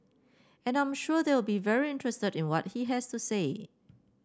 and I'm sure they'll be very interested in what he has to say